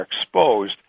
exposed